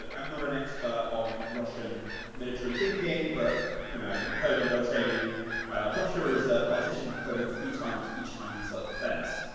um i'm not an expert on russian military thinking. but you know in poland they'll tell you russia is a partition opponent three times, each time in self-defense.